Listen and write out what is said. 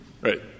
Right